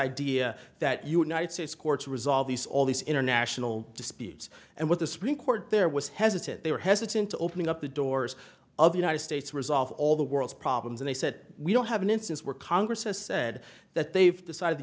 idea that united states courts resolve these all these international the speeds and what the supreme court there was hesitant they were hesitant to open up the doors of the united states resolve all the world's problems and they said we don't have an instance where congress has said that they've decided the